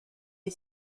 est